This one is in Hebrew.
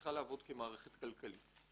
צריכה לעבוד כמערכת כלכלית.